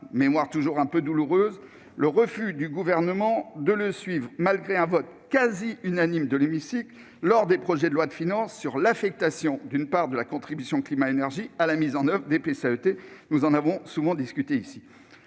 mémoire, de façon un peu douloureuse, le refus du Gouvernement de le suivre, malgré un vote quasi unanime dans cet hémicycle lors de l'examen des derniers projets de loi de finances, sur l'affectation d'une part de la contribution climat-énergie à la mise en oeuvre des PCAET ; nous en avons souvent discuté ici.